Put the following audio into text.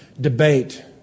debate